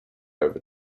over